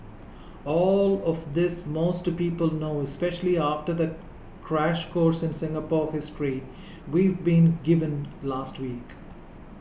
all of this most people know especially after the crash course in Singapore history we've been given last week